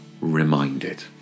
reminded